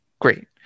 great